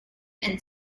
and